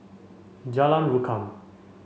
Jalan Rukam